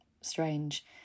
strange